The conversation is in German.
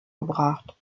gebracht